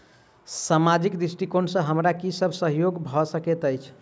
सामाजिक दृष्टिकोण सँ हमरा की सब सहयोग भऽ सकैत अछि?